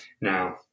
Now